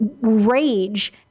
rage